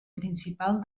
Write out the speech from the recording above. principal